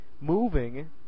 Moving